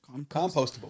Compostable